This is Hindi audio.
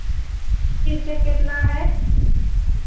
पीस के कितना है